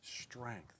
strength